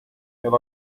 yol